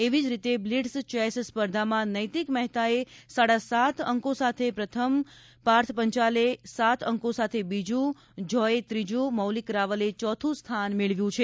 એવી જ રીતે બ્લીટ્ઝ ચેસ સ્પર્ધામાં નૈતિક મહેતાએ સાડા સાત અંકો સાથે પ્રથમ પાર્થ પંચાલે સાત અંકો સાથે બીજૂ જોયે ત્રીજૂ મૌલીક રાવલે ચોથુ સ્થાન મેળવ્યું છે